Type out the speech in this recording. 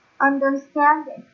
understanding